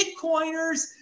Bitcoiners